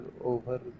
over